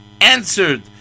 answered